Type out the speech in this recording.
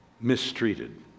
mistreated